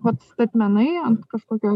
vat statmenai ant kažkokio